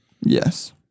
Yes